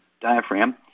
diaphragm